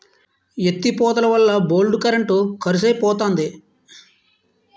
ఎత్తి పోతలవల్ల బోల్డు కరెంట్ కరుసైపోతంది